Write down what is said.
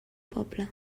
poble